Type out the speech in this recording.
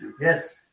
yes